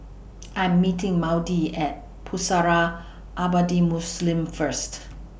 I Am meeting Maudie At Pusara Abadi Muslim First